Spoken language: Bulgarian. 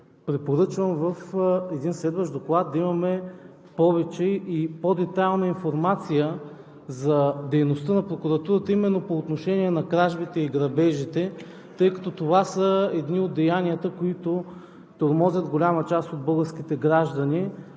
препоръчвам в един следващ доклад да имаме повече и по-детайлна информация за дейността на прокуратурата именно по отношение на кражбите и грабежите, тъй като това са едни от деянията, които тормозят голяма част от българските граждани.